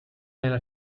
nella